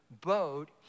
boat